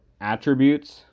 attributes